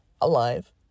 alive